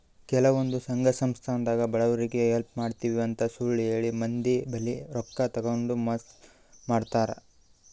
ಕೆಲವಂದ್ ಸಂಘ ಸಂಸ್ಥಾದಾಗ್ ಬಡವ್ರಿಗ್ ಹೆಲ್ಪ್ ಮಾಡ್ತಿವ್ ಅಂತ್ ಸುಳ್ಳ್ ಹೇಳಿ ಮಂದಿ ಬಲ್ಲಿ ರೊಕ್ಕಾ ತಗೊಂಡ್ ಮೋಸ್ ಮಾಡ್ತರ್